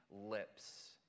lips